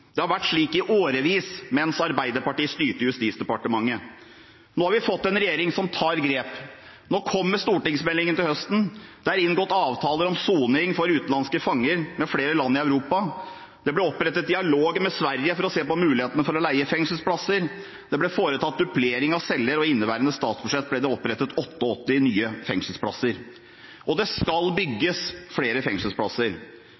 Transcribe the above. Det har vært slik i årevis mens Arbeiderpartiet styrte Justisdepartementet. Nå har vi fått en regjering som tar grep. Til høsten kommer stortingsmeldingen. Det er inngått avtaler om soning for utenlandske fanger med flere land i Europa. Det ble opprettet dialog med Sverige for å se på muligheten for å leie fengselsplasser. Det ble foretatt dublering av celler, og i inneværende statsbudsjett ble det opprettet 88 nye fengselsplasser. Og det skal